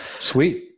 Sweet